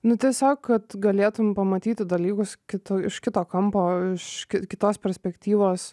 nu tiesiog kad galėtum pamatyti dalykus kitu iš kito kampo iš kitos perspektyvos